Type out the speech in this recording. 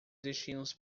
destinos